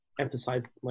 emphasize